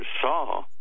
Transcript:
saw